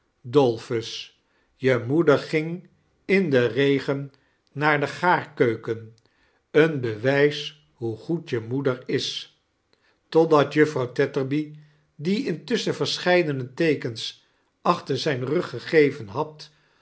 dolphus je moeder ging in den regen naar de gaarkeuken een bewijs hoe goed je moeder is totdat juffrouw tetterby die intusschen verscheidene teekens achter zijn rug gegeven had